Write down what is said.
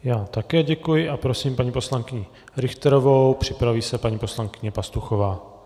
Já také děkuji a prosím poslankyni Richterovou, připraví se paní poslankyně Pastuchová.